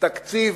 תקציב